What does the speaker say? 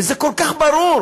וזה כל כך ברור,